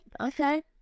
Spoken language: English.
okay